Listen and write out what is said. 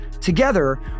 Together